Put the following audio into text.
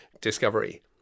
discovery